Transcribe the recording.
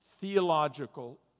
theological